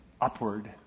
upward